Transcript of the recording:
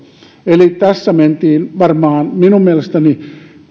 eli tässä mentiin minun mielestäni varmaan